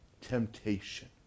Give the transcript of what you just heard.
temptation